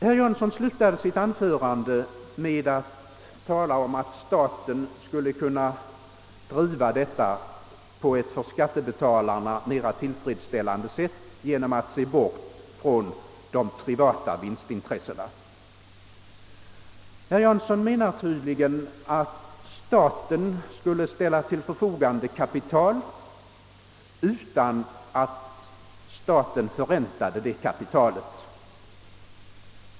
Herr Jansson slutade sitt anförande med att tala om att staten skulle kunna driva denna produktion på ett för skattebetalarna mera tillfredsställande sätt senom att se bort från de privata vinstintressena. Han menar tydligen att staten skall ställa till förfogande kapital utan att detta kapital förräntas.